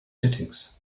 settings